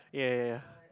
ya ya ya